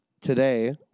Today